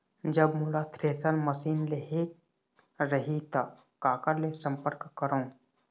जब मोला thresher machine लेहेक रही ता काकर ले संपर्क करों?